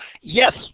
yes